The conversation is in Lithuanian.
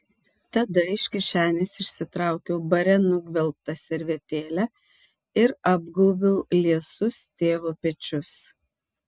tada iš kišenės išsitraukiau bare nugvelbtą servetėlę ir apgaubiau liesus tėvo pečius